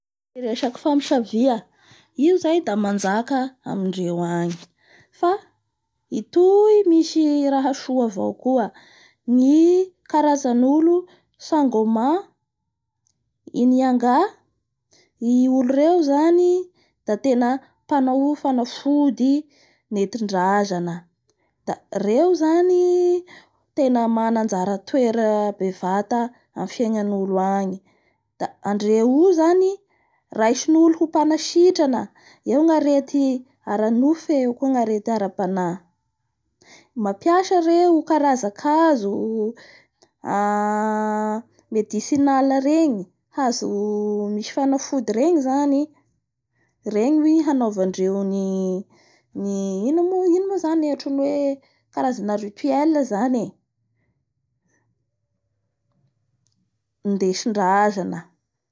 Ny resaky famosavia io zay da manjaka amindreo agny fa itoy misy raha soa avao koa ny karan'olo sangomainianga i olo reo zany d atena mpanaoa fanfody netindrazana.